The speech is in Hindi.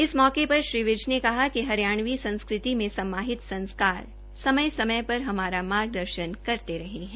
इस मौके श्री विज ने कहा कि हरियाणवी संस्कृति में सम्माहित संस्कार समय समय पर हमारा मार्गदर्शन करते रहे है